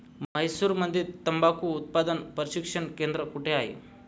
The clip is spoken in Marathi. म्हैसूरमध्ये तंबाखू उत्पादन प्रशिक्षण केंद्र कोठे आहे?